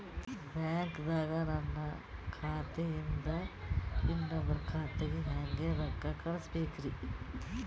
ಬ್ಯಾಂಕ್ದಾಗ ನನ್ ಖಾತೆ ಇಂದ ಇನ್ನೊಬ್ರ ಖಾತೆಗೆ ಹೆಂಗ್ ರೊಕ್ಕ ಕಳಸಬೇಕ್ರಿ?